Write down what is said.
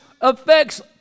affects